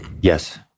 yes